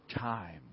time